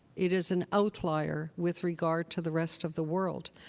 it is an outlier with regard to the rest of the world.